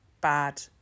bad